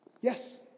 yes